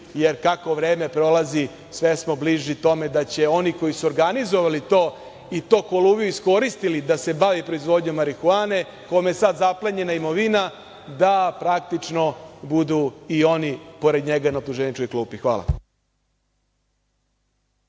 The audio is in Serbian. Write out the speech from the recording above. Kako vreme prolazi sve smo bliži tome da će oni koji su organizovali to i tog Kuluviju iskoristili da se bavi proizvodnjom marihuane, kome je sada zaplenjena imovina, da praktično budu i oni pored njega na optuženičkoj klupi. Hvala.